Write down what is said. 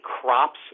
crops